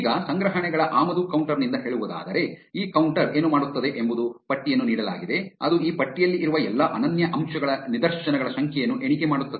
ಈಗ ಸಂಗ್ರಹಣೆಗಳ ಆಮದು ಕೌಂಟರ್ ನಿಂದ ಹೇಳುವುದಾದರೆ ಈ ಕೌಂಟರ್ ಏನು ಮಾಡುತ್ತದೆ ಎಂಬುದರ ಪಟ್ಟಿಯನ್ನು ನೀಡಲಾಗಿದೆ ಅದು ಈ ಪಟ್ಟಿಯಲ್ಲಿ ಇರುವ ಎಲ್ಲಾ ಅನನ್ಯ ಅಂಶಗಳ ನಿದರ್ಶನಗಳ ಸಂಖ್ಯೆಯನ್ನು ಎಣಿಕೆ ಮಾಡುತ್ತದೆ